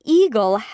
eagle